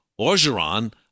Orgeron